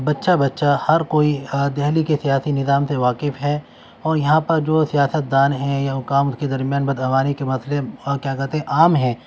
بچہ بچہ ہر کوئی دہلی کے سیاسی نظام سے واقف ہے اور یہاں پر جو سیاستدان ہیں یا حکام اس کے درمیان بدعنوانی کے مسئلے اور کیا کہتے ہیں عام ہیں